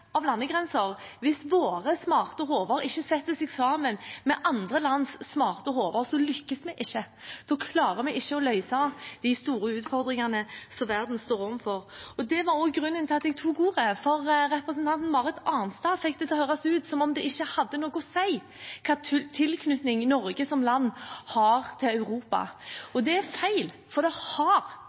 av landegrenser, hvis våre smarte hoder ikke setter seg sammen med andre lands smarte hoder, så lykkes vi ikke. Da klarer vi ikke å løse de store utfordringene som verden står overfor. Det var også grunnen til at jeg tok ordet, for representanten Marit Arnstad fikk det til å høres ut som om det ikke hadde noe å si hva slags tilknytning Norge som land har til Europa. Det er feil, for det har